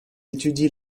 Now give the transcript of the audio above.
étudie